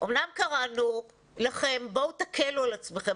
אמנם קראנו לכם להקל על עצמכם.